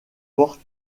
portent